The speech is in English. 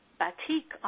batik